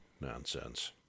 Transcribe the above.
nonsense